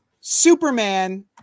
Superman